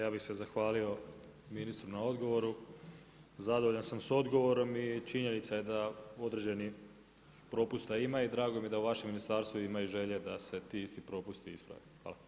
Ja bi se zahvalio ministru na odgovoru, zadovoljan sam s odgovorom i činjenica je da određenih propusta ima i drago mi je da u vašem ministarstvu ima i želje da se ti isti propusti isprave.